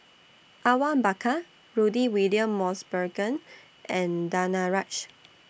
Awang Bakar Rudy William Mosbergen and Danaraj